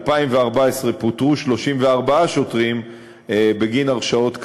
וב-2014 פוטרו 34 שוטרים בגין הרשעות כאמור.